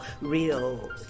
real